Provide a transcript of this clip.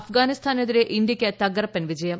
അഫഗാനിസ്ഥാനെതിരെ ഇന്ത്യയ്ക്ക് തകർപ്പൻ ജയം